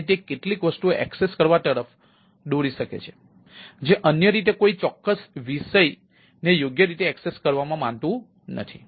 અને તે કેટલીક વસ્તુઓ એક્સેસ કરવા તરફ દોરી શકે છે જે અન્ય રીતે કોઈ ચોક્કસ વિષય ને યોગ્ય રીતે એક્સેસ કરવાનું માનતું નથી